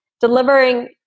delivering